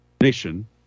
nation